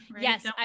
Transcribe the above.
Yes